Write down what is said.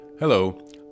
Hello